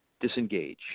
disengage